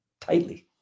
tightly